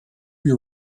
your